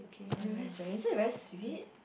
wait that's very is that very sweet